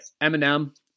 Eminem